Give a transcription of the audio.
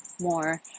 more